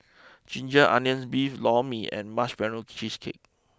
Ginger Onions Beef Lor Mee and Marshmallow Cheesecake